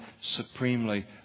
supremely